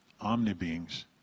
omni-beings